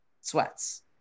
sweats